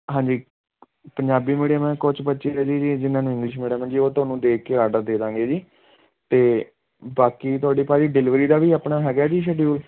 ਹਾਂਜੀ ਪੰਜਾਬੀ ਮੀਡੀਅਮ ਹੈ ਕੁਝ ਬੱਚੇ ਹੈ ਜੀ ਜਿਨ੍ਹਾਂ ਨੂੰ ਇੰਗਲਿਸ਼ ਮੀਡੀਅਮ ਹੈ ਜੀ ਉਹ ਤੁਹਾਨੂੰ ਦੇਖ ਕੇ ਆਡਰ ਦੇ ਦੇਵਾਂਗੇ ਜੀ ਅਤੇ ਬਾਕੀ ਤੁਹਾਡੀ ਭਾਅ ਜੀ ਡਿਲਵਰੀ ਦਾ ਵੀ ਆਪਣਾ ਹੈਗਾ ਜੀ ਸ਼ਡਿਊਲ